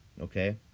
okay